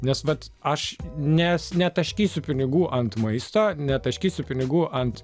nes vat aš nes netaškysiu pinigų ant maisto netaškysiu pinigų ant